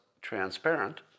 transparent